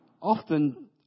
often